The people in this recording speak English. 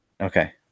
okay